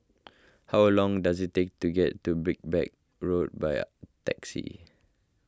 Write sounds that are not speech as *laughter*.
how long does it take to get to *unintelligible* Road by taxi